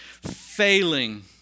failing